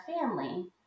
family